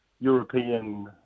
European